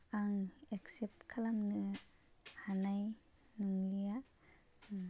आं एक्सेप्ट खालामनो हानाय नंलिया